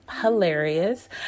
hilarious